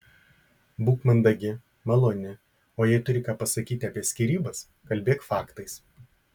būk mandagi maloni o jei turi ką pasakyti apie skyrybas kalbėk faktais